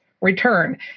return